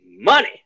money